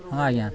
ହଁ ଆଜ୍ଞା